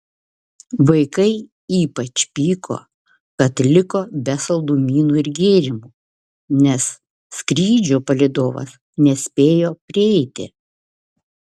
vaikai ypač pyko kad liko be saldumynų ir gėrimų nes skrydžio palydovas nespėjo prieiti